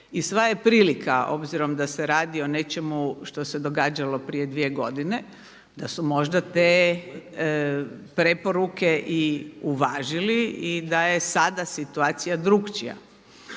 i sva je prilika obzirom da se radi o nečemu što se događalo prije dvije godine, da su možda te preporuke i uvažili i da je sada situacija drukčija.